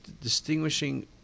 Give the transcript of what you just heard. distinguishing